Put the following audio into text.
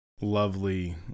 lovely